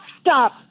stop